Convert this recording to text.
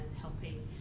helping